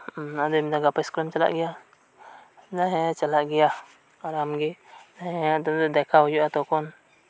ᱟᱫᱚᱭ ᱢᱮᱱᱫᱟ ᱜᱟᱯᱟ ᱤᱥᱠᱩᱞᱮᱢ ᱪᱟᱞᱟᱜ ᱜᱮᱭᱟ ᱢᱮᱱᱫᱟᱭ ᱦᱮᱸ ᱪᱟᱞᱟᱜ ᱜᱮᱭᱟ ᱟᱨ ᱟᱢᱜᱤ ᱦᱮᱸ ᱛᱚᱵᱮ ᱫᱮᱠᱷᱟ ᱦᱩᱭᱩᱜ ᱟ ᱛᱚᱠᱷᱚᱱ